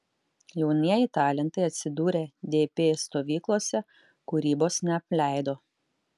jaunieji talentai atsidūrę dp stovyklose kūrybos neapleido